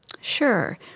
Sure